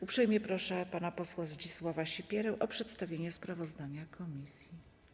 Uprzejmie proszę pana posła Zdzisława Sipierę o przedstawienie sprawozdania komisji.